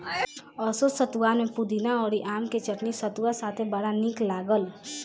असो सतुआन में पुदीना अउरी आम के चटनी सतुआ साथे बड़ा निक लागल